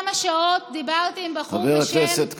חבר הכנסת קרעי,